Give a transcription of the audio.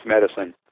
medicine